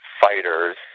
fighters